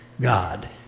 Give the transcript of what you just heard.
God